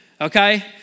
okay